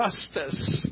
justice